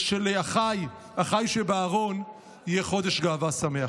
ושלאחיי שבארון יהיה חודש גאווה שמח.